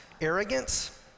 arrogance